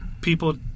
People